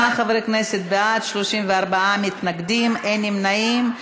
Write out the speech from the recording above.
28 חברי כנסת בעד, 34 מתנגדים, אין נמנעים.